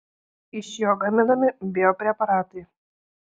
iš jo gaminami biopreparatai